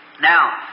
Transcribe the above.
Now